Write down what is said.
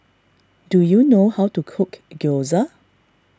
do you know how to cook Gyoza